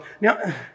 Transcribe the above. Now